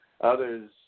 others